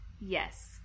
Yes